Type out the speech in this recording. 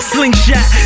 Slingshot